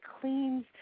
cleans